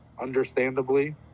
understandably